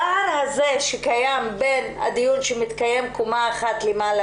הפער הזה שקיים בין הדיון שמתקיים קומה אחת למעלה